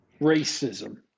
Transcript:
racism